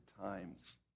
times